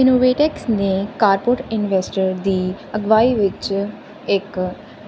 InnovateX ਨੇ corporate investor ਦੀ ਅਗਵਾਈ ਵਿੱਚ ਇੱਕ